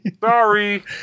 Sorry